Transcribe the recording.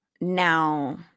Now